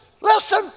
listen